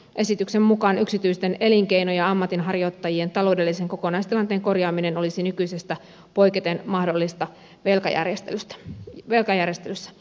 esityksen mukaan yksityisten elinkeinon ja ammatinharjoittajien taloudellisen kokonaistilanteen korjaaminen olisi nykyisestä poiketen mahdollista velkajärjestelyssä